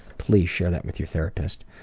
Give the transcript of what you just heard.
please share that with your therapist.